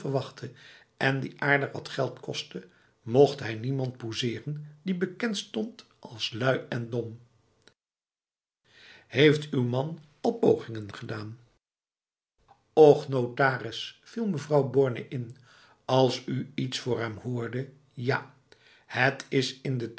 en die aardig wat geld kostte mocht hij niemand pousseren die bekend stond als lui en dom heeft uw man al pogingen gedaan och notaris viel mevrouw borne in als u iets voor hem hoorde ja het is in de